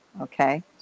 okay